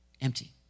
empty